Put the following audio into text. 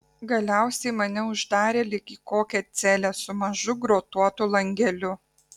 galiausiai mane uždarė lyg į kokią celę su mažu grotuotu langeliu